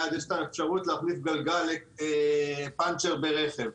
יש אפשרות להחליף גלגל בגין פנצ'ר ברכב.